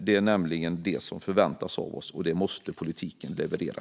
Det förväntas av oss, och här måste politiken leverera.